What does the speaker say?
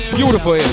beautiful